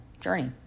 journey